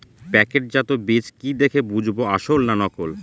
প্যাকেটজাত বীজ কি দেখে বুঝব আসল না নকল?